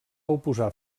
oposar